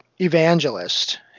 evangelist